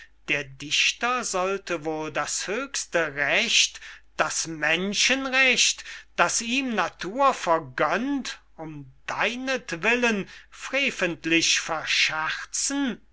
der dichter sollte wohl das höchste recht das menschenrecht das ihm natur vergönnt um deinetwillen freventlich verscherzen